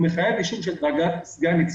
זה מחייב אישור של קצין בדרגת סגן-ניצב,